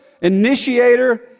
initiator